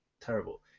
terrible